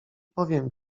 powiem